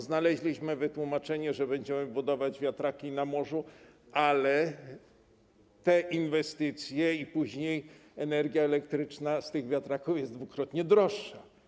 Znaleźliśmy wytłumaczenie, że będziemy budować wiatraki na morzu, ale te inwestycje i później energia elektryczna z tych wiatraków są dwukrotnie droższe.